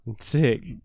Sick